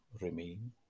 remain